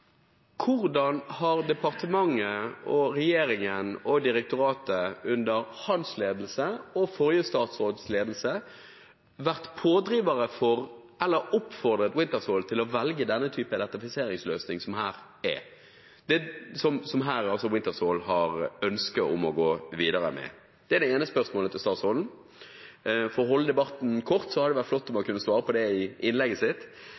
Hvordan har departementet, regjeringen og direktoratet – under hans ledelse og under forrige statsråds ledelse – vært pådrivere for, eller oppfordret Wintershall til, å velge denne typen elektrifiseringsløsning som Wintershall her har ønske om å gå videre med? Det er det ene spørsmålet til statsråden. For å holde debatten kort hadde det vært flott om han kunne svare på det i innlegget sitt.